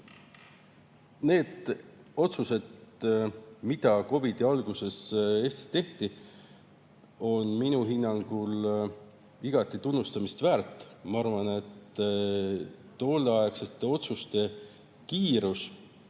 otsused, mis COVID-i alguses Eestis tehti, on minu hinnangul igati tunnustamist väärt. Ma arvan, et tolleaegsed kiired